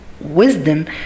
wisdom